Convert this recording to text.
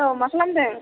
औ मा खालामदों